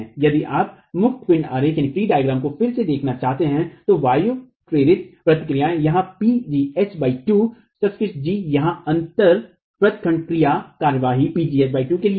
यदि आप मुक्त पिण्ड आरेख को फिर से देखना चाहते हैं तो वायु प्रेरित प्रतिक्रियाएं यहां pgh 2 सबस्क्रिप्ट g यहां अंतर व्रत खंड कार्रवाई pgh 2 के लिए है